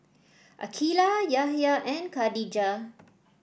Aqeelah Yahya and Khatijah